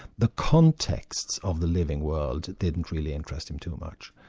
the contexts of the living world didn't really interest him too much.